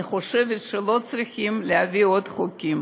אני חושבת שלא צריכים להביא עוד חוקים.